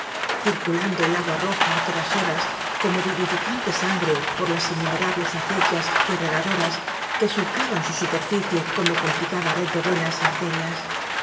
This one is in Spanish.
circulando el agua roja á todas horas como vivificante sangre por las innume rables acequias y regadoras que surcaban su superficie como complicada red de venas y arterias